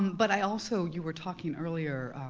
um but i also, you were talking earlier,